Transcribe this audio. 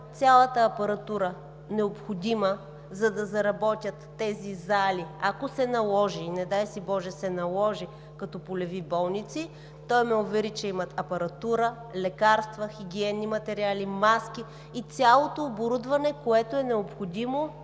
цялата апаратура, необходима, за да заработят тези зали, ако се наложи, недай си боже, като полеви болници. Той ме увери, че имат апаратура, лекарства, хигиенни материали, маски и цялото оборудване, което е необходимо